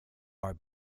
are